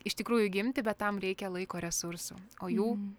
iš tikrųjų gimti bet tam reikia laiko resursų o jų